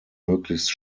möglichst